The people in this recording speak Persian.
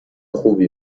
خوبی